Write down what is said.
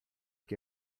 que